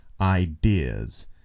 ideas